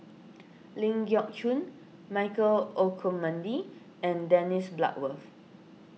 Ling Geok Choon Michael Olcomendy and Dennis Bloodworth